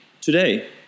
today